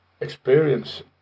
experience